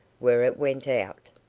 where it went out.